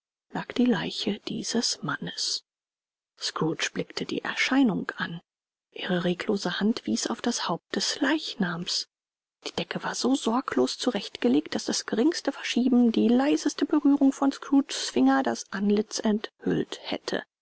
lag die leiche dieses mannes scrooge blickte die erscheinung an ihre reglose hand wies auf das haupt des leichnams die decke war so sorglos zurecht gelegt daß das geringste verschieben die leiseste berührung von scrooges finger das antlitz enthüllt hätte